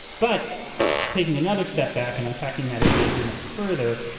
but taking another step back and unpacking that endangerment further,